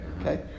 Okay